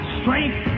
strength